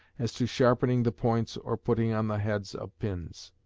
as to sharpening the points or putting on the heads of pins.